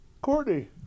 Courtney